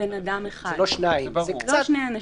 ברור.